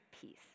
peace